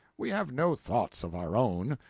we have no thoughts of our own,